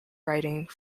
writing